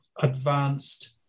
advanced